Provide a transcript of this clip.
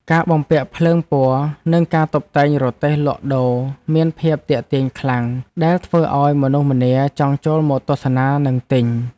ការបំពាក់ភ្លើងពណ៌និងការតុបតែងរទេះលក់ដូរមានភាពទាក់ទាញខ្លាំង ដែលធ្វើឱ្យមនុស្សម្នាចង់ចូលមកទស្សនានិងទិញ។